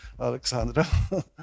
Alexandra